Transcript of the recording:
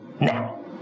now